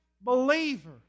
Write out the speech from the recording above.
believer